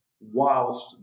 whilst